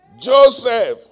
Joseph